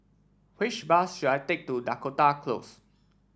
which bus should I take to Dakota Close